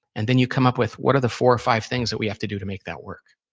and then you come up with, what are the four or five things that we have to do to make that work?